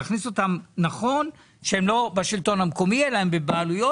נכון שהן לא בשלטון המקומי אלא הן בבעלויות.